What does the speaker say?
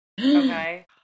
Okay